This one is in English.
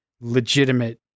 legitimate